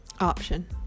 option